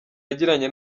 yagiranye